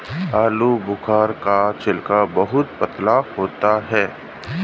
आलूबुखारा का छिलका बहुत पतला होता है